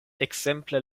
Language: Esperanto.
ekzemple